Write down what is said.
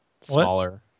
smaller